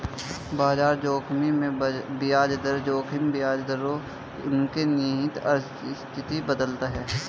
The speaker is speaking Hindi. बाजार जोखिम में ब्याज दर जोखिम ब्याज दरों या उनके निहित अस्थिरता बदलता है